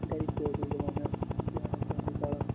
گَرِکھ تہِ حظ ٲسۍ دَپان نہٕ کیٚنہہ نَتہٕ کیٚنہہ چھی کَرُن